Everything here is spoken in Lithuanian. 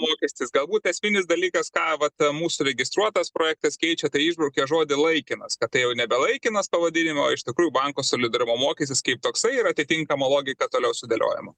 mokestis galbūt esminis dalykas ką vat mūsų registruotas projektas keičia tai užbraukė žodį laikymas kad tai jau nebe laikinas pavadinimo o iš tikrųjų banko solidarumo mokestis kaip toksai ir atitinkama logika toliau sudėliojama